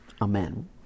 Amen